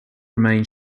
remain